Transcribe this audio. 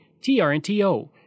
TRNTO